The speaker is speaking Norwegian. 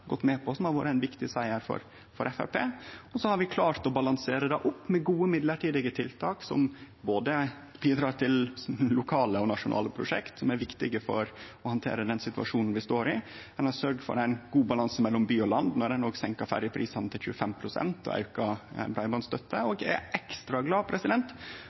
gått med på som har vore ein viktig siger for Framstegspartiet. Så har vi klart å balansere det opp med gode, midlertidige tiltak som bidreg til både lokale og nasjonale prosjekt som er viktige for å handtere den situasjonen vi står i. Ein har sørgt for ein god balanse mellom by og land når ein senkar ferjeprisane med 25 pst. og aukar breibandstøtta. Eg er ekstra glad